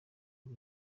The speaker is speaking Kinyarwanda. ibi